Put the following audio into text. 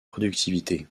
productivité